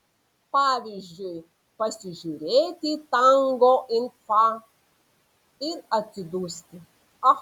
pavyzdžiui pasižiūrėti tango in fa ir atsidusti ach